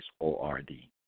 o-r-d